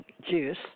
juice